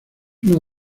una